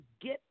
get